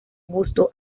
busto